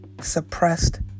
suppressed